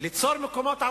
לא תות שדה, תות עץ.